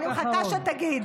אני מחכה שתגיד.